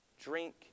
drink